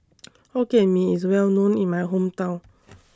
Hokkien Mee IS Well known in My Hometown